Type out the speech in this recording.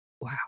wow